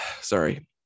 Sorry